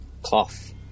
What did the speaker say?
Cloth